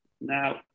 Now